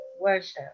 worship